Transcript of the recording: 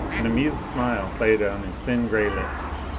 an amused smile played on his thin gray lips.